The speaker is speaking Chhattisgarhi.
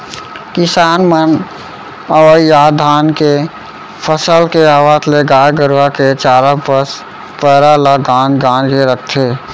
किसान मन अवइ या धान के फसल के आवत ले गाय गरूवा के चारा बस पैरा ल गांज गांज के रखथें